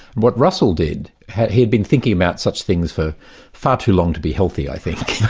what russell did, he'd been thinking about such things for far too long to be healthy, i think,